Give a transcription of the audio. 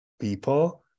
people